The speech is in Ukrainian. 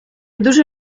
дуже